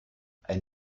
ein